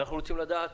אנחנו רוצים לדעת: